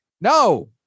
No